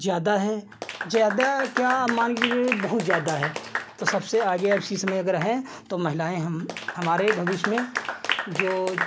ज़्यादा है ज़्यादा क्या आप मानकर चलिए बहुत ज़्यादा है तो सबसे आगे अब इसी समय अगर हैं तो महिलाएँ हम हमारे भविष्य में जो